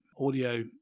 audio